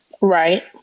Right